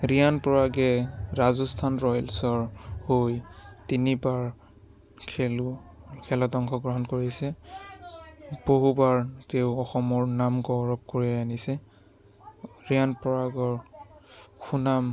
ৰিয়ান পৰাগে ৰাজস্থান ৰয়েলছৰ হৈ তিনিবাৰ খেলো খেলত অংশগ্ৰহণ কৰিছে বহুবাৰ তেওঁ অসমৰ নাম গৌৰৱ কঢ়িয়াই আনিছে ৰিয়ান পৰাগৰ সুনাম